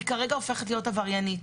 היא כרגע הופכת להיות עבריינית.